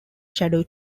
shadow